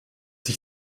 sich